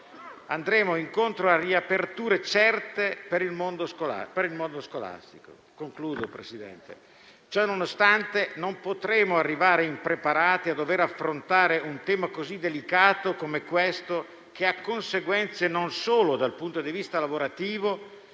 andremo incontro a riaperture certe per il mondo scolastico. Ciononostante, non potremo arrivare impreparati ad affrontare un tema così delicato come questo, che ha conseguenze non solo dal punto di vista lavorativo,